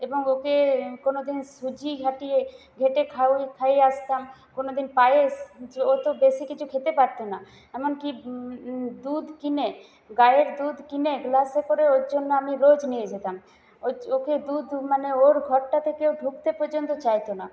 এবং ওকে কোনোদিন সুজি ঘাটিয়ে ঘেটে খাইয়ে আসতাম কোনোদিন পায়েস ও তো বেশি কিচু খেতে পারতো না এমনকি দুধ কিনে গাইয়ের দুধ কিনে গ্লাসে করে ওর জন্য আমি রোজ নিয়ে যেতাম ও ওকে দুধ মানে ওর ঘরটাতে কেউ ঢুকতে পর্যন্ত চাইতো না